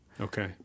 Okay